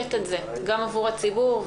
נפשט את זה גם עבור הציבור,